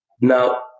Now